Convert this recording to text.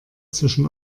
zwischen